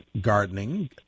gardening